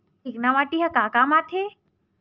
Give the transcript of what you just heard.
चिकना माटी ह का काम आथे?